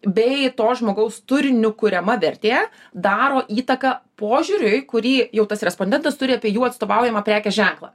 bei to žmogaus turiniu kuriama vertė daro įtaką požiūriui kurį jau tas respondentas turi apie jų atstovaujamą prekės ženklą